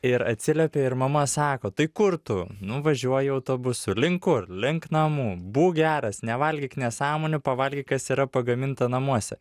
ir atsiliepia ir mama sako tai kur tu nu važiuoju autobusu link kur link namų būk geras nevalgyk nesąmonių pavalgyk kas yra pagaminta namuose